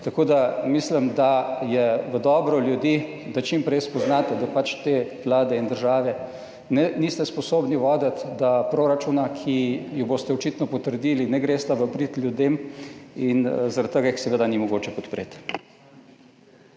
vrste. Mislim, da je v dobro ljudi, da čim prej spoznate, da pač te vlade in države niste sposobni voditi, da proračuna, ki ju boste očitno potrdili, ne gresta v prid ljudem, in zaradi tega ju seveda ni mogoče podpreti.